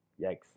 Yikes